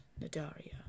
Nadaria